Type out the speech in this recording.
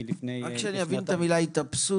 לכן צריך לבחון את זה בדוח האקטוארי הבא.